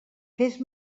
fes